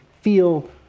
feel